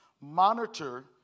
monitor